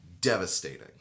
devastating